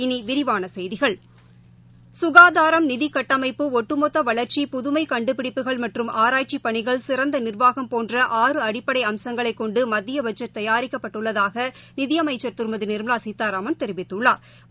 இனி விரிவான செய்திகள் சுகாதாரம் நிதி கட்டமைப்பு இட்டுமொத்த வளா்ச்சி புதுமை கண்டுபிடிப்புகள் மற்றும் ஆராய்ச்சிப் பணிகள் சிறந்த நிர்வாகம் போன்ற ஆறு அடிப்படை அம்சங்களைக் கொண்டு மத்திய பட்ஜெட் தயாரிக்கப்பட்டுள்ளதாக நிதி அமைச்சா் திருமதி நிாமலா சீதாராமன் தெரிவித்துள்ளாா்